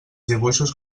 dibuixos